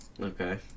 Okay